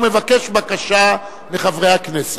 ונבקש בקשה מחברי הכנסת.